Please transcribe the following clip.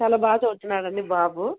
చాలా బాగ చదువుతున్నాడు అండి బాబు